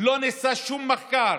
לא נעשה שום מחקר